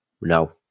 no